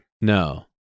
no